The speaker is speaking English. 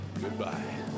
Goodbye